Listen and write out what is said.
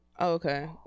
Okay